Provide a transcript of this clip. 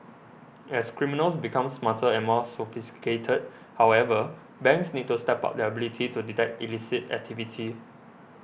as criminals become smarter and more sophisticated however banks need to step up their ability to detect illicit activity